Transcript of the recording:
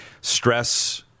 stress